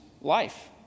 life